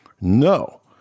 no